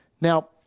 Now